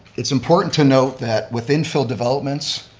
it's important to note that with infill developments,